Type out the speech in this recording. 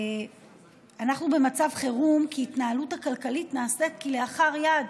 אנחנו במצב חירום כי ההתנהלות הכלכלית נעשית כלאחר יד.